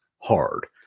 hard